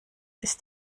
ist